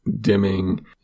dimming